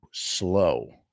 slow